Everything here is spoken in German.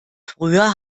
früher